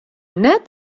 net